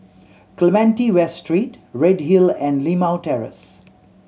Clementi West Street Redhill and Limau Terrace